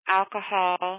alcohol